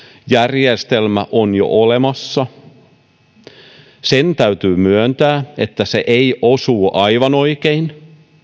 järjestelmä on jo olemassa se täytyy myöntää että se ei osu aivan oikein